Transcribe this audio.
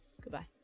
Goodbye